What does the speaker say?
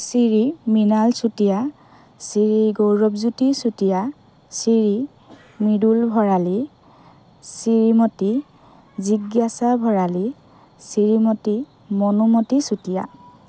শ্ৰী মৃণাল চুতীয়া শ্ৰী গৌৰৱজ্যোতি চুতীয়া শ্ৰী মৃদুল ভৰালী শ্ৰীমতী জিজ্ঞাসা ভৰালী শ্ৰীমতী মনোমতী চুতীয়া